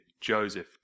Joseph